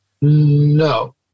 No